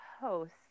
host